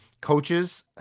Coaches